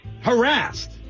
Harassed